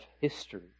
history